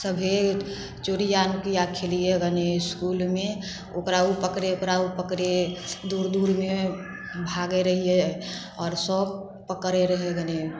सब हे चोरियाँ नुकियाँ खेलिए गने इसकुलमे ओकरा ओ पकड़ै ओकरा ओ पकड़ै दूर दूरमे भागे रहिए आओर सब पकड़ै रहै गने